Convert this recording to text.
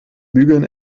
bügeln